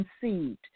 conceived